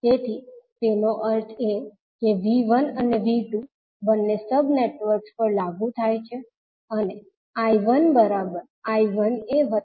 તેથી તેનો અર્થ એ કે V1 અને 𝐕2 બંને સબ નેટવર્ક્સ પર લાગુ થાય છે અને I1I1aI1b